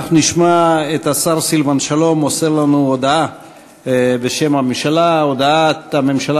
אנחנו נשמע את השר סילבן שלום מוסר לנו הודעה בשם הממשלה: הודעת הממשלה